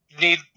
need